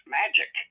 magic